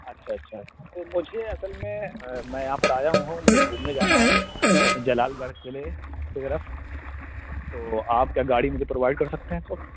اچھا اچھا تو مجھے اصل میں میں یہاں پر آیا ہوں مجھے گھومنے جانا ہے جلال گڑھ قلعہ کی طرف تو آپ کیا گاڑی مجھے پرووائڈ کر سکتے ہیں اس وقت